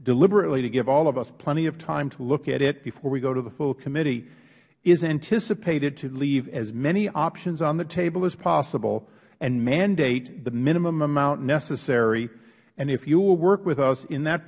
deliberately to give all of us plenty of time to look at it before we to the full committee is anticipated to leave as many options on the table as possible and mandate the minimum amount necessary and if you will work with us in that